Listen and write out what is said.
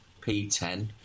P10